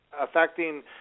affecting